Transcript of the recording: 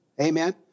Amen